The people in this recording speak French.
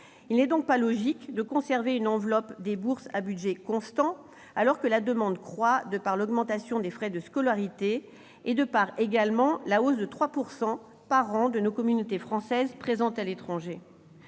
Il n'est pas logique de conserver une enveloppe des bourses à budget constant, alors que la demande croît, de par l'augmentation des frais de scolarité et de par la hausse de 3 % par an de nos communautés françaises présentes à l'étranger.